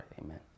Amen